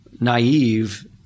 naive